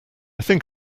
think